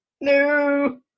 No